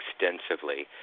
extensively